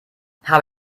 habe